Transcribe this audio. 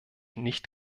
nicht